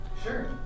Sure